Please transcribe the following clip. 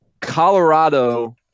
Colorado